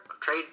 trade